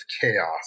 chaos